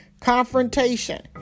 confrontation